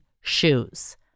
shoes